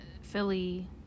Philly